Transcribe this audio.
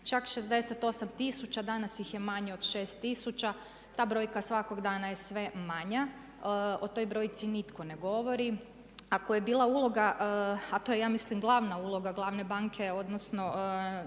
čak 68 tisuća, danas ih je manje od 6 tisuća. Ta brojka svakog dana je sve manja. O toj brojci nitko ne govori. Ako je bila uloga, a to je ja mislim glavna uloga glavne banke odnosno